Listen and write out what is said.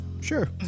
Sure